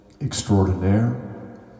extraordinaire